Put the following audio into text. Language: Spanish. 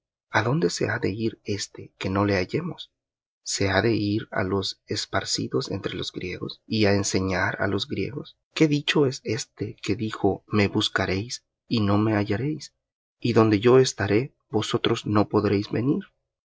a dónde se ha de ir éste que no le hallemos se ha de ir á los esparcidos entre los griegos y á enseñar á los griegos qué dicho es éste que dijo me buscaréis y no me hallaréis y donde yo estaré vosotros no podréis venir